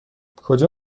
کجا